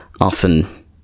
often